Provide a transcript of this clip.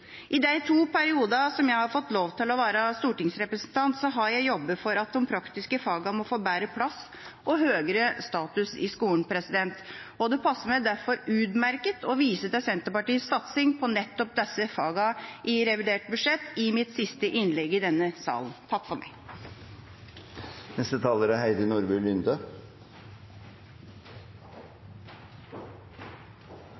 I de to periodene jeg har fått lov til å være stortingsrepresentant, har jeg jobbet for at de praktiske fagene må få bedre plass og høyere status i skolen. Det passer meg derfor utmerket å vise til Senterpartiets satsing på nettopp disse fagene i revidert budsjett i mitt siste innlegg i denne salen. Når man hører på debatten, skulle man tro at alt er